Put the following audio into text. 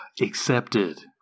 accepted